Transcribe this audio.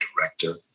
director